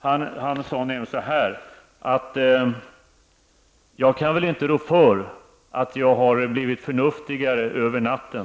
Konrad Adenauer sade nämligen följande: Jag kan väl inte rå för att jag har blivit förnuftigare över natten.